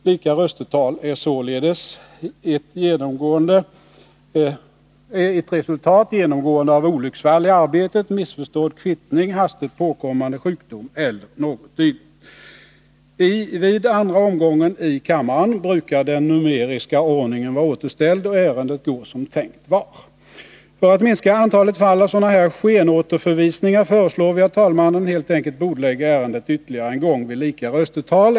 Lika röstetal är således genomgående ett resultat av olycksfall i arbetet, missförstådd kvittning, hastigt påkommande sjukdom eller något dylikt. Vid andra omgången i kammaren brukar den numeriska ordningen vara återställd och ärendet gå som tänkt var. För att minska antalet fall av sådana här skenåterförvisningar föreslår vi att talmannen helt enkelt bordlägger ärendet ytterligare en gång vid lika röstetal.